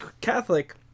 catholic